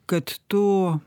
kad tu